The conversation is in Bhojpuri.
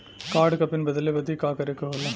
कार्ड क पिन बदले बदी का करे के होला?